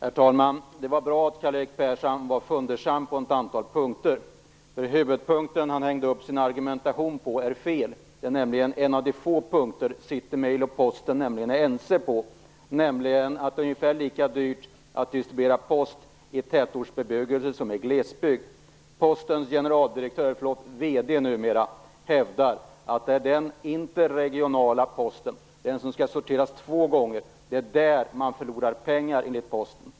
Fru talman! Det var bra att Karl-Erik Persson var fundersam på ett antal punkter, eftersom huvudpunkten han hängde upp sin argumentation på är fel. Det är en av de få punkter där City-Mail och Posten är ense, nämligen att det är ungefär lika dyrt att distribuera post i tätortsbebyggelse som i glesbygd. Postens generaldirektör, förlåt, numera vd, hävdar att det är för den interregionala posten, som skall sorteras två gånger, som man förlorar pengar.